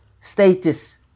status